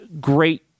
Great